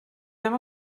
ddim